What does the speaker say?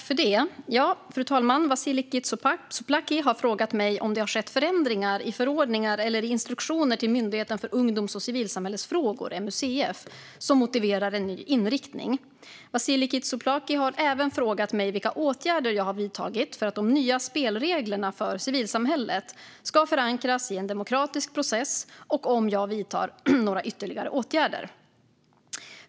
Fru talman! Vasiliki Tsouplaki har frågat mig om det har skett förändringar i förordningar eller i instruktioner till Myndigheten för ungdoms och civilsamhällesfrågor, MUCF, som motiverar en ny inriktning. Vasiliki Tsouplaki har även frågat mig vilka åtgärder jag har vidtagit för att de nya spelreglerna för civilsamhället ska förankras i en demokratisk process, och om jag vidtar några ytterligare åtgärder.